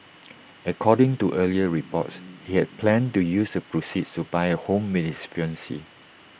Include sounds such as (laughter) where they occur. (noise) according to earlier reports he had planned to use the proceeds to buy A home with his fiancee